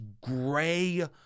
gray